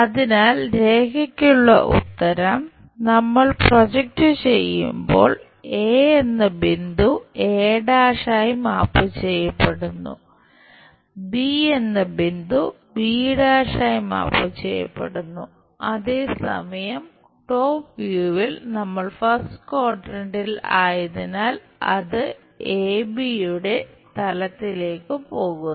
അതിനാൽ രേഖയ്ക്കുള്ള ഉത്തരം നമ്മൾ പ്രൊജക്റ്റ് ചെയ്യുമ്പോൾ എ തലത്തിലേക്ക് പോകുന്നു